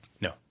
No